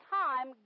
time